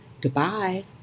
Goodbye